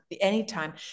anytime